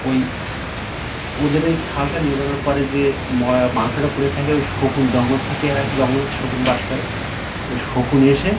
ওই ওদের এই ছালটা নিয়ে যাওয়ার পরে যে মরা মাংসটা পড়ে থাকে ওই শকুন জঙ্গল থেকে জঙ্গলের শকুন বাস করে ওই শকুন এসে